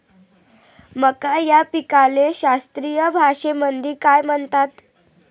मका या पिकाले शास्त्रीय भाषेमंदी काय म्हणतात?